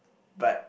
but